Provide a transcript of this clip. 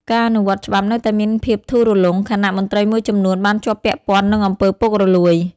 ការអនុវត្តច្បាប់នៅតែមានភាពធូររលុង ខណៈមន្ត្រីមួយចំនួនបានជាប់ពាក់ព័ន្ធនឹងអំពើពុករលួយ។